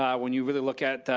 um when you really look at